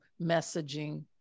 messaging